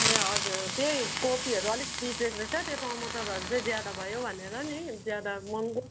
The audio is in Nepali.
ए हजुर त्यही कोपीहरू अलिक बिग्रेको रहेछ त्यो टमाटरहरू चाहिँ ज्यादा भयो भनेर नि ज्यादा महँगो